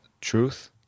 truth